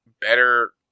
better